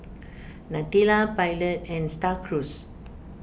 Nutella Pilot and Star Cruise